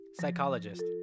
Psychologist